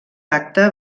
acte